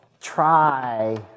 try